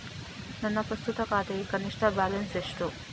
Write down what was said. ನನ್ನ ಪ್ರಸ್ತುತ ಖಾತೆಗೆ ಕನಿಷ್ಠ ಬ್ಯಾಲೆನ್ಸ್ ಎಷ್ಟು?